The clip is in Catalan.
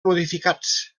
modificats